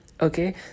Okay